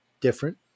different